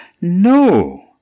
No